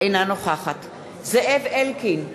אינה נוכחת זאב אלקין,